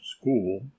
school